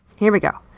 here we go.